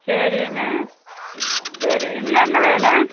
சரி கண்ணு சரி என்னென்ன வேணும்